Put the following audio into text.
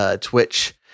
Twitch